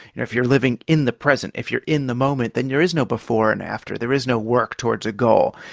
if you're living in the present, if you're in the moment that there is no before and after, there is no work towards a goal.